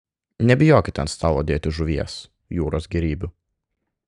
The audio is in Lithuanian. nebijokite ant stalo dėti žuvies jūros gėrybių